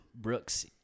Brooks